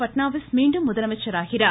பட்நாவிஸ் மீண்டும் முதலமைச்சர் ஆகிறார்